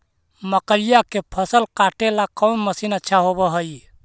मकइया के फसल काटेला कौन मशीन अच्छा होव हई?